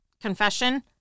confession